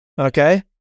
okay